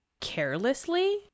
carelessly